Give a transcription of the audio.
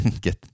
get